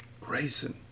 Grayson